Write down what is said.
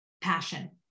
passion